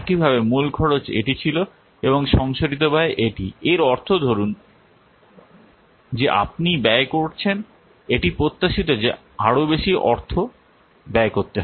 একইভাবে মূল খরচ এটি ছিল এবং সংশোধিত ব্যয় এটি এর অর্থ ধরুন যে আপনি ব্যয় করছেন এটি প্রত্যাশিত যে আরও বেশি অর্থ ব্যয় করতে হবে